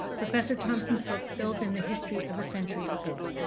professor thompson's book fills in the history of a century ago,